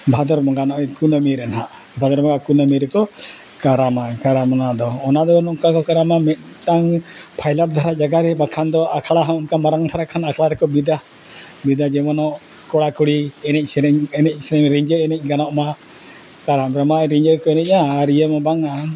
ᱵᱷᱟᱫᱚᱨ ᱵᱚᱸᱜᱟ ᱱᱚᱜᱼᱚᱭ ᱠᱩᱱᱟᱹᱢᱤ ᱨᱮ ᱱᱟᱦᱟᱜ ᱵᱷᱟᱫᱚᱨ ᱵᱚᱸᱜᱟ ᱠᱩᱱᱟᱹᱢᱤ ᱨᱮᱠᱚ ᱠᱟᱨᱟᱢᱟ ᱠᱟᱨᱟᱢ ᱚᱱᱟ ᱫᱚ ᱚᱱᱟ ᱫᱚ ᱱᱚᱝᱠᱟ ᱠᱚ ᱠᱟᱨᱟᱢᱟ ᱢᱤᱫᱴᱟᱝ ᱯᱷᱟᱭᱞᱟᱣ ᱫᱷᱟᱨᱟ ᱡᱟᱭᱜᱟ ᱨᱮ ᱵᱟᱠᱷᱟᱱ ᱫᱚ ᱟᱠᱷᱲᱟ ᱦᱚᱸ ᱚᱱᱠᱟ ᱢᱟᱨᱟᱝ ᱫᱷᱟᱨᱟ ᱠᱷᱟᱱ ᱟᱠᱷᱲᱟ ᱨᱮᱠᱚ ᱵᱤᱫᱟ ᱵᱤᱫᱟ ᱡᱮᱢᱚᱱ ᱠᱚᱲᱟᱼᱠᱩᱲᱤ ᱮᱱᱮᱡᱼᱥᱮᱨᱮᱧ ᱮᱱᱮᱡᱼᱥᱮᱨᱮᱧ ᱨᱤᱸᱡᱷᱟᱹ ᱮᱱᱮᱡ ᱜᱟᱱᱚᱜ ᱢᱟ ᱠᱟᱨᱟᱢ ᱨᱮᱢᱟ ᱨᱤᱸᱡᱷᱟᱹ ᱠᱚ ᱮᱱᱮᱡᱼᱟ ᱟᱨ ᱤᱭᱟᱹ ᱢᱟ ᱵᱟᱝᱟ